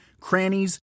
crannies